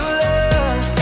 love